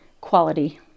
quality